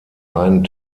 einen